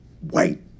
White